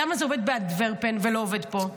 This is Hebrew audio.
למה זה עובד באנטוורפן ולא עובד פה?